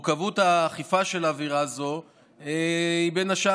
מורכבות האכיפה של עבירה זו היא בין השאר